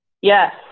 Yes